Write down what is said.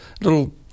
little